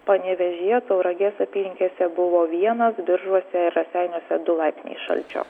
panevėžyje tauragės apylinkėse buvo vienas biržuose ir raseiniuose du laipsniai šalčio